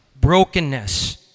Brokenness